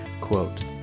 Quote